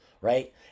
right